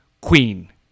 Queen